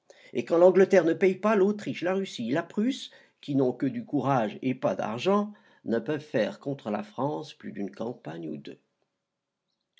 et quand l'angleterre ne paye pas l'autriche la russie la prusse qui n'ont que du courage et pas d'argent ne peuvent faire contre la france plus d'une campagne ou deux